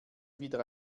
wieder